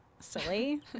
Silly